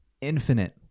infinite